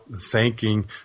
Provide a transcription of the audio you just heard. thanking